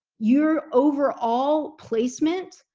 your overall placement,